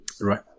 right